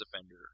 offender